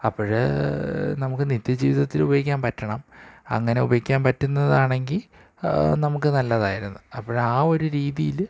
അപ്പോള് നമ്മള്ക്ക് നിത്യജീവിതത്തിൽ ഉപയോഗിക്കാൻ പറ്റണം അങ്ങനെ ഉപയോഗിക്കാൻ പറ്റുന്നതാണെങ്കില് നമുക്ക് നല്ലതായിരുന്നു അപ്പോള് ആ ഒരു രീതിയില്